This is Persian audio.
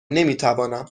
نمیتوانم